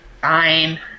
Fine